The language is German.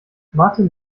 martin